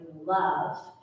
love